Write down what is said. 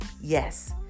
Yes